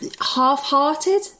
half-hearted